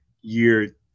year